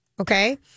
okay